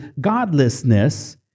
godlessness